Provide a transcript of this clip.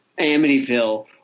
Amityville